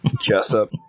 Jessup